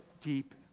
deep